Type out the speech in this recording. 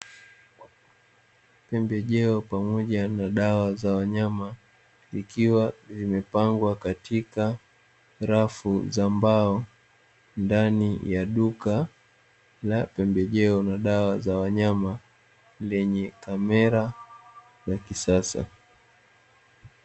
Pembejeo pamoja na dawa za wanyama ikiwa vimepangwa katika rafu za mbao ndani ya duka la pembejeo na dawa za wanyama, lenye kamera ya kisasa.